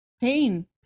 Pain